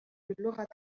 اللغة